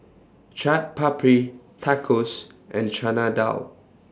Chaat Papri Tacos and Chana Dal